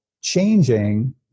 changing